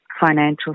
financial